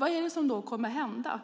Vad är det då som kommer att hända?